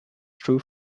true